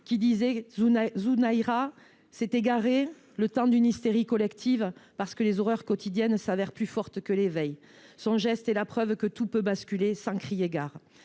écrit dans :« Zunaira […] s’est égaré […] le temps d’une hystérie collective, parce que les horreurs quotidiennes s’avèrent plus fortes que l’éveil. […] Son geste est la preuve que tout peut basculer sans crier gare. »